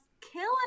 killing